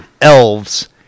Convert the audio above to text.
elves